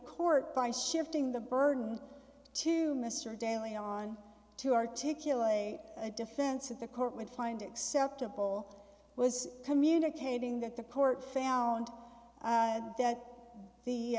court by shifting the burden to mr daly on to articulate a defense of the court would find acceptable was communicating that the court found that the